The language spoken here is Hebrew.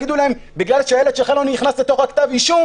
יגידו להם בגלל שהילד שלך לא נכנס לכתב האישום